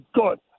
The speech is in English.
good